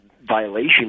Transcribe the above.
violation